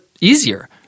easier